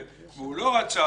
הוא לא רצה,